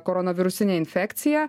koronavirusine infekcija